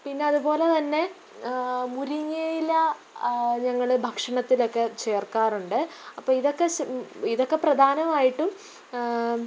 പിന്നെ അതുപോലെ തന്നെ മുരിങ്ങ ഇല ഞങ്ങൾ ഭക്ഷണത്തിലൊക്കെ ചേർക്കാറുണ്ട് അപ്പം ഇതൊക്കെ ഇതൊക്കെ പ്രധാനമായിട്ടും